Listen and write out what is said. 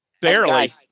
Barely